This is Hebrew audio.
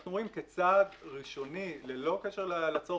אנחנו רוצים כצעד ראשוני ללא קשר לצורך